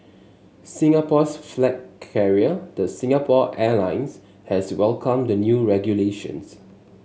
Singapore's flag carrier the Singapore Airlines has welcomed the new regulations